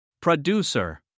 Producer